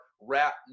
rap